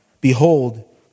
Behold